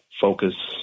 focus